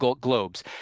Globes